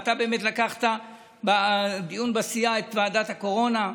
ואתה באמת לקחת בדיון בסיעה את ועדת הקורונה,